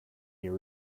you